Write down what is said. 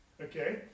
Okay